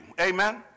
Amen